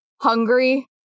hungry